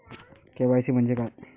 KYC म्हंजे काय?